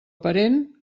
parent